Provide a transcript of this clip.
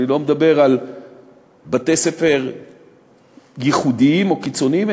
אני לא מדבר על בתי-ספר ייחודיים או קיצוניים,